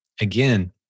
again